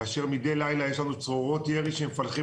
כאשר מדי לילה יש לנו צרורות ירי שמפלחים